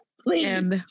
Please